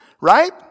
Right